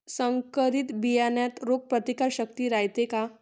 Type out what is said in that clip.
संकरित बियान्यात रोग प्रतिकारशक्ती रायते का?